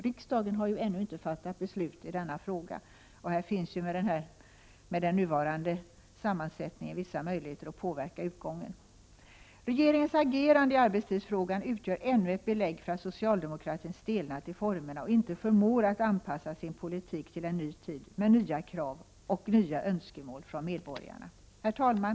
Riksdagen har ju ännu inte fattat beslut i denna fråga, och med den nuvarande sammansättningen finns det vissa möjligheter att påverka utgången. Regeringens agerande i arbetstidsfrågan utgör ännu ett belägg för att socialdemokratin stelnat i formerna och inte förmår att anpassa sin politik till en ny tid med nya krav och nya önskemål från medborgarna. Herr talman!